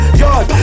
yard